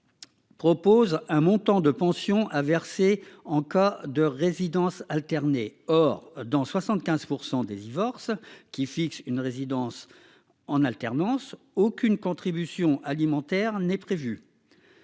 Propose un montant de pension à verser en cas de résidence alternée. Or, dans 75% des divorces qui fixe une résidence en alternance aucune contribution alimentaire n'est prévue.